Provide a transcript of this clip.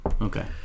Okay